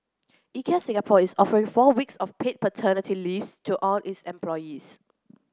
Ikea Singapore is offering four weeks of paid paternity leave to all its employees